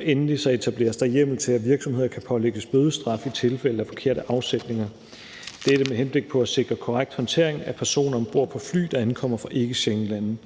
Endelig etableres der hjemmel til, at virksomheder kan pålægges bødestraf i tilfælde af forkerte afsætninger. Dette er med henblik på at sikre korrekt håndtering af personer om bord på fly, der ankommer fra ikkeschengenlande.